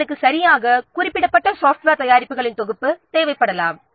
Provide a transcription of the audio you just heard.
அவர்களுக்கு சரியாக குறிப்பிடப்பட்ட சாஃப்ட்வேர் தயாரிப்புகளின் தொகுப்பு தேவைப்படலாம்